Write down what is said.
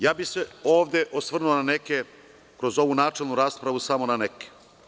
Ja bih se ovde osvrnuo na neke, kroz ovu načelnu raspravu, samo na neke.